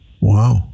Wow